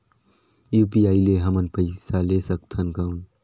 UPI ले हमन पइसा ले सकथन कौन?